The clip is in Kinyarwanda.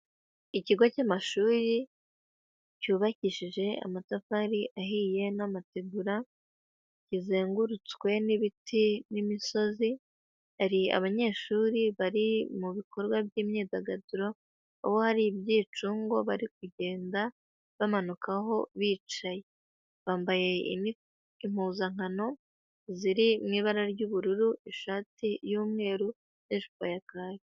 Ikigo cy'amashuri, cyubakishije amatafari ahiye, n'amategura. Kizengurutswe n'ibiti, n'imisozi. Hari abanyeshuri bari mu bikorwa by'imyidagaduro aho hariy'icungo bari kugenda, bamanukaho bicaye. Bambaye impuzankano ziri mu ibara ry'ubururu ishati y'umweru, n'ijipo ya kaki.